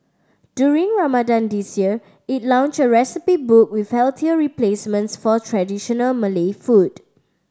during Ramadan this year it launched a recipe book with healthier replacements for traditional Malay food